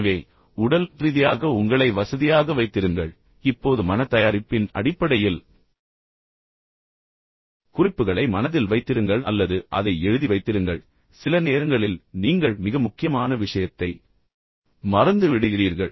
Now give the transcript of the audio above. எனவே உடல் ரீதியாக உங்களை வசதியாக வைத்திருங்கள் இப்போது மன தயாரிப்பின் அடிப்படையில் குறிப்புகளை மனதில் வைத்திருங்கள் அல்லது அதை எழுதி வைத்திருங்கள் ஏனெனில் இது நேரத்தை மிச்சப்படுத்துகிறது சில நேரங்களில் நீங்கள் மிக முக்கியமான விஷயத்தை மறந்துவிடுகிறீர்கள்